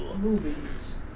Movies